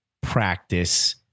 practice